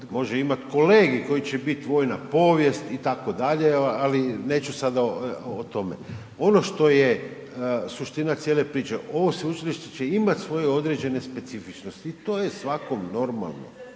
može imat kolegij koji će bit vojna povijest itd., ali neću sada o tome. Ono što je suština cijene priče, ovo sveučilište će imat svoje određene specifičnosti i to je svakom normalno